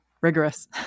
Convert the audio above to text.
rigorous